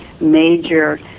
major